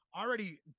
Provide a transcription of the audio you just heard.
already